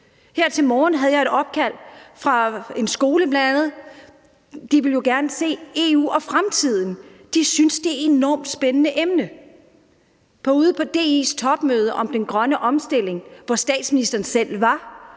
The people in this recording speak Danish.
Her til morgen havde jeg et opkald fra bl.a. en skole, og de ville jo gerne se på EU og fremtiden. De synes, det er et enormt spændende emne. Ude på DI's topmøde om den grønne omstilling, hvor statsministeren selv var